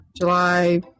July